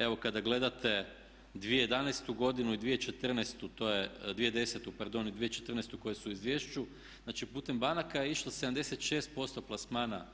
Evo kada gledate 2011. godinu i 2014. to je, 2010. pardon i 2014. koje su u izvješću znači putem banaka je išlo 76% plasmana